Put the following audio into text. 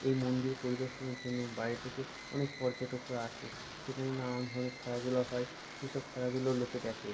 এই মন্দির পরিদর্শনের জন্য বাইরে থেকে অনেক পর্যটকরা আসে সেখানে নানান ধরনের খেলাধুলা হয় সেই সব খেলাধুলো লোকে দেখে